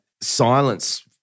silence